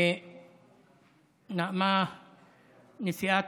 נאמה נשיאת